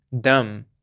dumb